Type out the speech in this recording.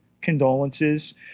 condolences